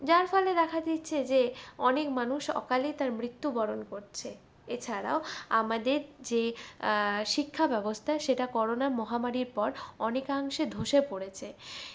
যার ফলে দেখা দিচ্ছে যে অনেক মানুষ অকালেই তার মৃত্যুবরণ করছে এছাড়াও আমাদের যে শিক্ষা ব্যবস্থা সেটা করোনা মহামারির পর অনেকাংশে ধ্বসে পড়েছে